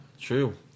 True